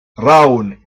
rhawn